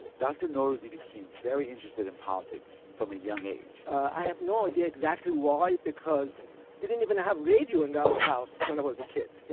dr. norouzi became very interested in politics from a young age i have no idea exactly why because we didn't even have radio in and our house when i was a kid, you